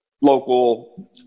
local